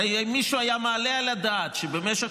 הרי אם מישהו היה מעלה על הדעת שבמשך